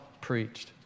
preached